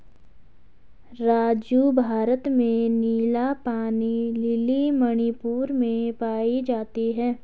राजू भारत में नीला पानी लिली मणिपुर में पाई जाती हैं